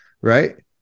right